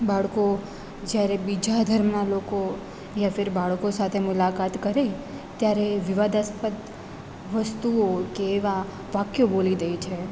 બાળકો જ્યારે બીજા ધર્મનાં લોકો યા ફીર બાળકો સાથે મુલાકાત કરે ત્યારે વિવાદાસ્પદ વસ્તુઓ કે એવાં વાક્યો બોલી દે છે